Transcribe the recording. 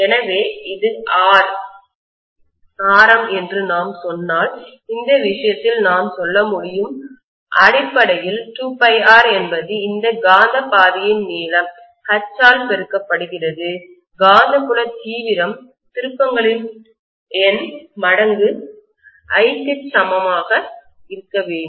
எனவே இது R ஆரம் என்று நான் சொன்னால் இந்த விஷயத்தில் நான் சொல்ல முடியும் அடிப்படையில் 2πR என்பது இந்த காந்த பாதையின் நீளம் H ஆல் பெருக்கப்படுகிறது காந்தப்புலம் தீவிரம் திருப்பங்களின்சுழற்சி எண் மடங்கு I க்கு சமமாக இருக்க வேண்டும்